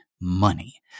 money